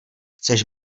chceš